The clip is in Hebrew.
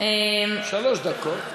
שלוש דקות.